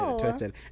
Twisted